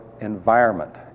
environment